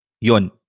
yun